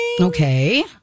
Okay